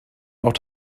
auch